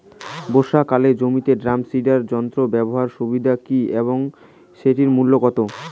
বর্ষাকালে চাষের জমিতে ড্রাম সিডার যন্ত্র ব্যবহারের সুবিধা কী এবং সেটির মূল্য কত?